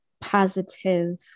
positive